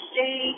stay